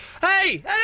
Hey